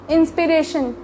Inspiration